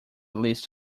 list